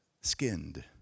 skinned